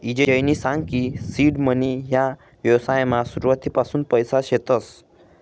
ईजयनी सांग की सीड मनी ह्या व्यवसायमा सुरुवातपासून पैसा शेतस